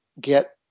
get